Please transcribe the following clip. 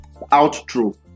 outro